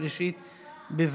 התשפ"ב 2022,